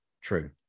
true